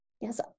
Yes